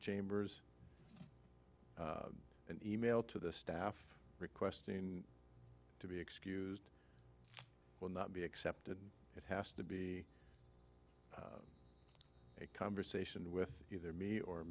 chambers and e mail to the staff requesting to be excused will not be accepted it has to be a conversation with either me or